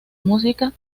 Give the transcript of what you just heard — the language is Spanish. música